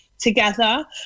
Together